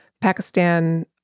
Pakistan